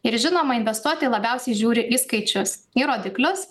ir žinoma investuotojai labiausiai žiūri į skaičius į rodiklius